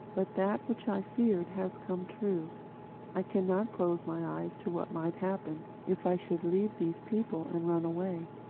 but that which i feared has come true i cannot close my eyes to what might happen if i should leave these people and run away.